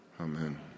Amen